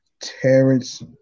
Terrence